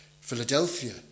Philadelphia